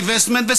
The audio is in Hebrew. Divestment,